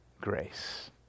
grace